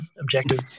objective